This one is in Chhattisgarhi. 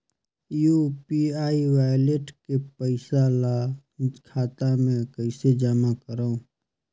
यू.पी.आई वालेट के पईसा ल खाता मे कइसे जमा करव?